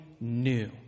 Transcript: new